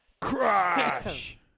crash